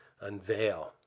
unveil